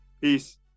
Peace